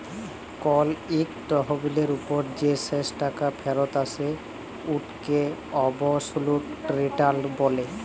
call ইকট তহবিলের উপর যে শেষ টাকা ফিরত আসে উটকে অবসলুট রিটার্ল ব্যলে